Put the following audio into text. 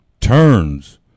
turns